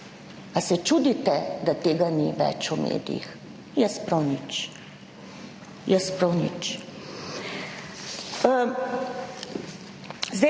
Ali se čudite, da tega ni več v medijih? Jaz prav nič, jaz prav nič.